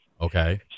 Okay